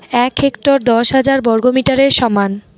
এক হেক্টর দশ হাজার বর্গমিটারের সমান